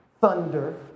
thunder